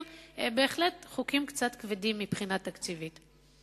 הם בהחלט חוקים קצת כבדים מבחינה תקציבית,